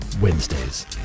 Wednesdays